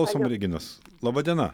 klausom reginos laba diena